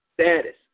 Status